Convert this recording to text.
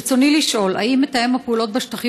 ברצוני לשאול: 1. האם מתאם הפעולות בשטחים